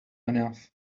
enough